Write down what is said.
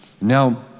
Now